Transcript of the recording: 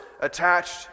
attached